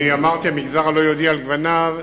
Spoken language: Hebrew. אני אמרתי "המגזר הלא-יהודי על גווניו",